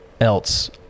else